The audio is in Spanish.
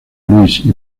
louise